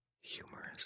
humorous